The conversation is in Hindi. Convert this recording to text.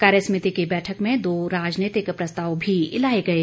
कार्य समिति की बैठक में दो राजनीतिक प्रस्ताव भी लाए गए